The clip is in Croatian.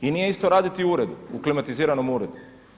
I nije isto raditi u uredu, u klimatiziranom uredu.